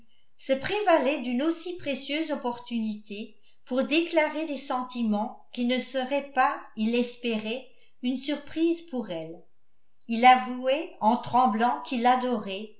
se prévalait d'une aussi précieuse opportunité pour déclarer des sentiments qui ne seraient pas il l'espérait une surprise pour elle il avouait en tremblant qu'il l'adorait